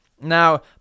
Now